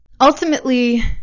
ultimately